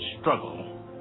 struggle